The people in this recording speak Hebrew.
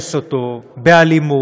לכייס אותו באלימות,